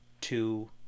two